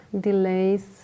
delays